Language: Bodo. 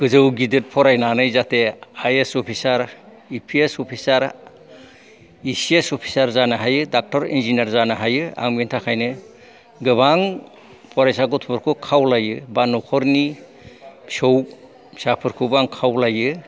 गोजौ गिदिर फरायनानै जाहाथे I S officer A P S officer A C S officer जानो हायो डाक्टर इन्जिनियार जानो हायो आं बेनि थाखायनो गोबां फरायसा गथ'फोरखौ खावलायो बा न'खरनि फिसौ फिसाफोरखौबो आं खावलायो